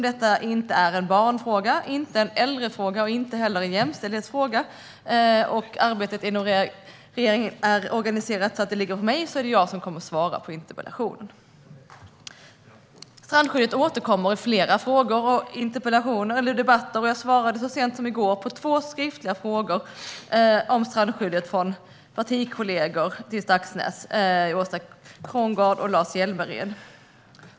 Detta är inte en barnfråga, inte en äldrefråga och inte heller en jämställdhetsfråga, och arbetet inom regeringen är så fördelat att det är jag som ska svara på interpellationen. Strandskyddet återkommer i flera frågor och debatter, och jag svarade så sent som i går på två skriftliga frågor om strandskyddet från Lars-Arne Staxängs partikollegor Åsa Coenraads och Lars Hjälmered .